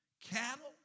cattle